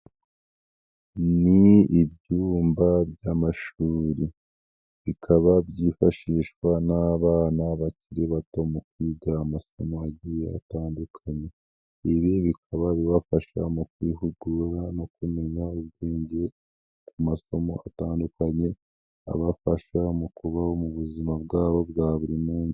Ni ibyumba by'amashuri, bikaba byifashishwa n'abana bakiri bato mu kwiga amasomo agiye atandukanye, ibi bikaba bibafasha mu kwihugura no kumenya ubwenge, ku amasosomo atandukanye, abafasha mu kubaho mu buzima bwabo bwa buri munsi.